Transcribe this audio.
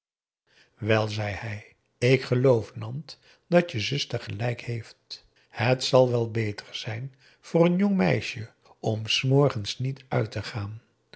wel zei hij ik geloof nant dat je zuster gelijk heeft het zal wel beter zijn voor n jong meisje om s morgens niet uit te gaan